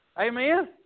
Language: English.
Amen